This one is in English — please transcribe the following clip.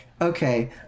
Okay